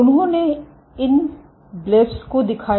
उन्होंने इन ब्लब्स को दिखाया